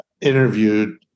interviewed